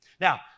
Now